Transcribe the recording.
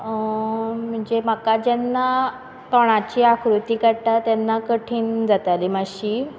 म्हणजे म्हाका जेन्ना तोंडाची आकृती काडटा तेन्ना कठीण जाताली मातशी